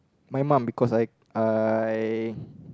my mum because I I